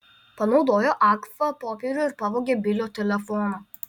panaudojo agfa popierių ir pavogė bilio telefoną